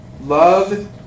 love